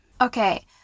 Okay